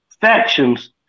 factions